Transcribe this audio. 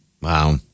Wow